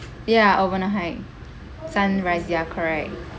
ya overnight hike sunrise ya correct